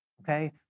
okay